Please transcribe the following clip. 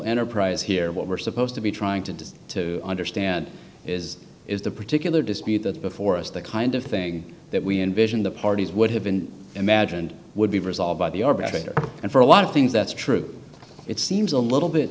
enterprise here what we're supposed to be trying to do to understand is it is the particular dispute that before us that kind of thing that we envision the parties would have been imagined would be resolved by the arbitrator and for a lot of things that's true it seems a little bit